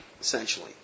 essentially